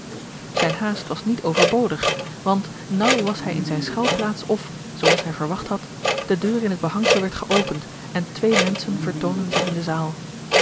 zijn haast was niet overbodig want naauw was hij in zijne schuilplaats of zoo als hij verwacht had de deur in het behangsel werd geopend en twee menschen vertoonden zich in de zaal